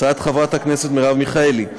הצעת חברת הכנסת מרב מיכאלי,